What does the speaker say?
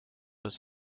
was